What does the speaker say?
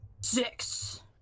six